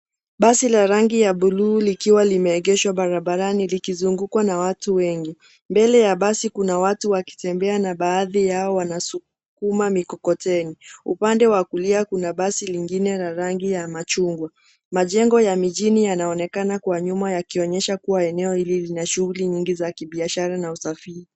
Basi la rangi ya buluu likiwa limeegeshwa barabarani, likizungukwa na watu wengi. Mbele ya basi, kuna watu wakitembea na baadhi yao wanasukuma mikokoteni. Upande wa kulia, kuna basi lingine la rangi ya machungwa. Majengo ya mijini yanaonekana kwa nyuma, yakionyesha kuwa eneo hili lina shughuli nyingi za kibiashara na usafiri.